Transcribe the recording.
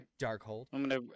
Darkhold